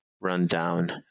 rundown